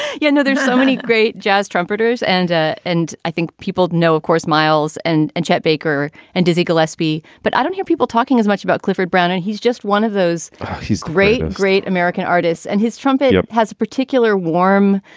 yeah know, there's so many great jazz trumpeters and ah and i think people know, of course, miles and and chet baker and dizzy gillespie. but i don't hear people talking as much about clifford brown. he's just one of those great, great american artists. and his trumpet yeah has a particular warm,